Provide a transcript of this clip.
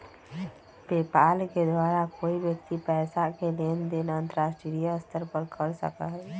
PayPal के द्वारा कोई व्यक्ति पैसा के लेन देन अंतर्राष्ट्रीय स्तर पर कर सका हई